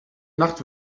nacht